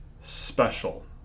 special